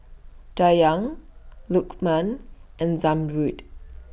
Dayang Lukman and Zamrud